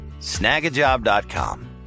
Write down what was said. Snagajob.com